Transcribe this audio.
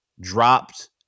dropped